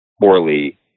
poorly